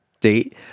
date